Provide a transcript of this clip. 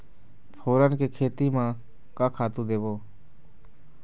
फोरन के खेती म का का खातू देबो?